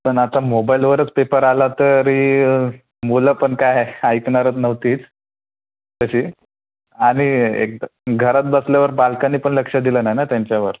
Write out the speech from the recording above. पण आता मोबाईलवरच पेपर आला तरी मुलं पण काय ऐकणारच नव्हतीच तशी आणि एकदा घरात बसल्यावर बायकांनी पण लक्ष दिलं नाही ना त्यांच्यावर